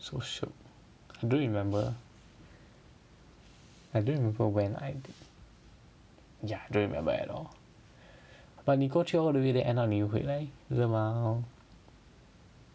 so shiok I don't remember I don't remember when I ya I don't remember at all but 你 go through all the way then end up 你回来你的妈妈 LMAO